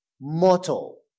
mortal